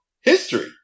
history